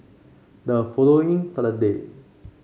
the following Saturday